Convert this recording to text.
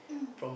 mm